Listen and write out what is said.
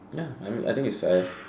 ya I mean I think it's as